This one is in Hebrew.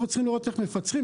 אנחנו צריכים לראות איך מפצחים.